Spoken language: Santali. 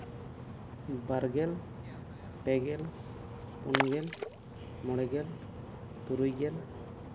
ᱵᱟᱨᱜᱮᱞ ᱯᱮᱜᱮᱞ ᱯᱩᱱ ᱜᱮᱞ ᱢᱚᱬᱮ ᱜᱮᱞ ᱛᱩᱨᱩᱭ ᱜᱮᱞ